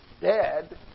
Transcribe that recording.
dead